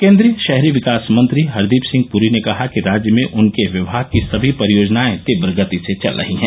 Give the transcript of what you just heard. केंद्रीय शहरी विकास मंत्री हरदीप सिंह पुरी ने कहा कि राज्य में उनके विभाग की सभी परियोजनाएं तीव्र गति से चल रही हैं